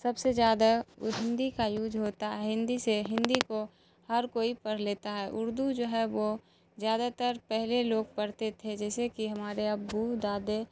سب سے زیادہ ہندی کا یوج ہوتا ہے ہندی سے ہندی کو ہر کوئی پڑھ لیتا ہے اردو جو ہے وہ زیادہ تر پہلے لوگ پڑھتے تھے جیسے کہ ہمارے ابو دادا